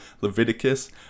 Leviticus